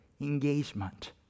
Engagement